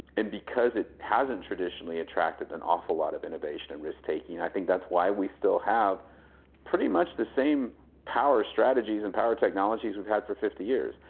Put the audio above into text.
and because it hasn't traditionally attracted an awful lot of innovation and risk-taking. i think that's why we still have pretty much the same power strategies and power technologies we've had for fifty years.